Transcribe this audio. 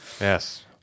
yes